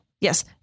yes